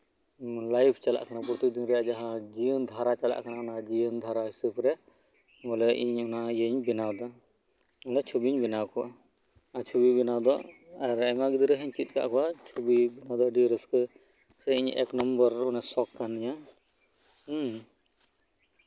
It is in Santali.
ᱞᱟᱭᱤᱯᱷ ᱪᱟᱞᱟᱜ ᱠᱟᱱᱟ ᱯᱨᱚᱛᱤᱫᱤᱱ ᱨᱮᱭᱟᱜ ᱡᱟᱦᱟᱸ ᱡᱤᱭᱚᱱ ᱫᱷᱟᱨᱟ ᱪᱟᱞᱟᱜ ᱠᱟᱱᱟ ᱚᱱᱟ ᱡᱤᱭᱚᱱ ᱫᱷᱟᱨᱟ ᱦᱤᱥᱟᱹᱵᱽ ᱨᱮ ᱵᱚᱞᱮ ᱤᱧ ᱚᱱᱟ ᱤᱭᱟᱹᱧ ᱵᱮᱱᱟᱣ ᱮᱫᱟ ᱚᱱᱟ ᱪᱷᱚᱵᱤᱧ ᱵᱮᱱᱟᱣ ᱠᱚᱣᱟ ᱟᱨ ᱪᱷᱚᱵᱤ ᱵᱮᱱᱟᱣ ᱫᱚ ᱟᱨ ᱟᱭᱢᱟ ᱜᱤᱫᱽᱨᱟᱹ ᱦᱚᱧ ᱪᱮᱫ ᱟᱠᱟᱫ ᱠᱚᱣᱟ ᱪᱷᱚᱵᱤ ᱚᱱᱟᱫᱚ ᱟᱹᱰᱤ ᱨᱟᱹᱥᱠᱟᱹ ᱤᱧ ᱮᱠ ᱱᱚᱢᱵᱚᱨ ᱥᱚᱠ ᱠᱟᱱ ᱛᱤᱧᱟ ᱦᱮᱸ